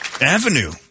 avenue